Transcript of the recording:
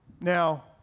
Now